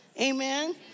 Amen